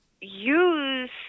use